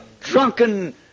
drunken